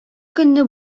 көнне